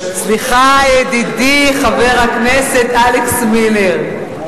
סליחה, ידידי חבר הכנסת אלכס מילר.